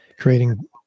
creating